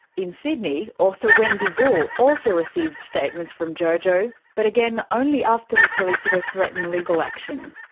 in sydney, author wendy bull also received statements from jojo, but again, only after her solicitor threatened legal action.